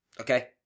Okay